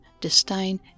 disdain